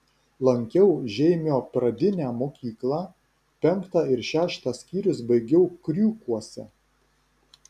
lankiau žeimio pradinę mokyklą penktą ir šeštą skyrius baigiau kriūkuose